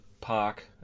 park